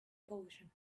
pollution